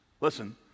listen